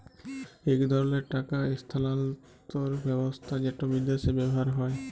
ইক ধরলের টাকা ইস্থালাল্তর ব্যবস্থা যেট বিদেশে ব্যাভার হ্যয়